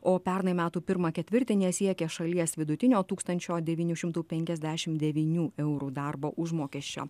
o pernai metų pirmą ketvirtį nesiekė šalies vidutinio tūkstančio devynių šimtų penkiasdešim devynių eurų darbo užmokesčio